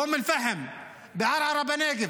באום אל-פחם, בערערה בנגב.